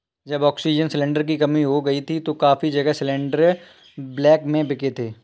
जब oxygen cylinder की कमी हो गई थी तो काफी जगह सिलेंडरस ब्लैक में बिके थे